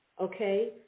okay